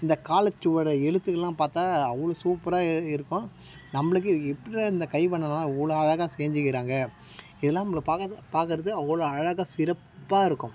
இந்த காலச்சுவடு எலுத்துக்கள்லாம் பார்த்தா அவ்வளோ சூப்பராக இ இருக்கும் நம்மளுக்கே எப்பட்ரா இந்த கைவண்ணம்லாம் இவ்வளோ அழகாக செஞ்சிக்கிறாங்கள் இதெல்லாம் நமக்கு பார்க்காத பார்க்கறக்கு அவ்வளோ அழகாக சிறப்பாக இருக்கும்